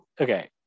okay